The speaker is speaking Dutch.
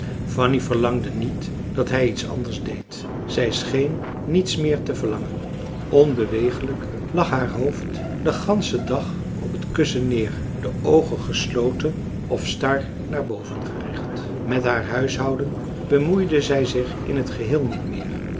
fanny verlangde niet dat hij iets anders deed zij scheen niets meer te verlangen onbewegelijk lag haar hoofd den ganschen dag op het kussen neer de oogen gesloten of star naar boven gericht met haar huishouden bemoeide zij zich in t geheel niet meer